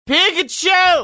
Pikachu